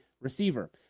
receiver